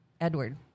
Edward